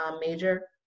major